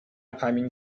排名